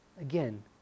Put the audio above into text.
Again